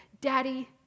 Daddy